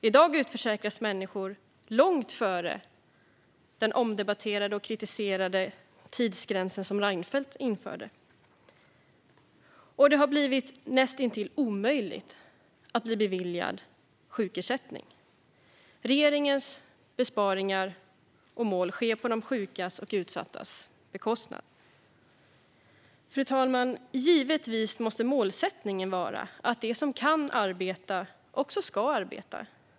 I dag utförsäkras människor långt före den omdebatterade och kritiserade tidsgräns som Reinfeldt införde, och det har blivit näst intill omöjligt att bli beviljad sjukersättning. Regeringens besparingar sker på de sjukas och utsattas bekostnad. Fru talman! Givetvis måste målsättningen vara att de som kan arbeta också ska arbeta.